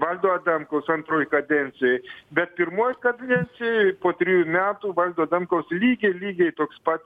valdo adamkaus antroj kadencijoj bet pirmoj kadencijoj po trijų metų valdo adamkaus lygiai lygiai toks pat